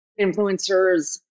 influencers